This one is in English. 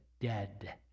dead